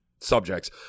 subjects